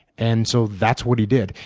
and so that's what he did.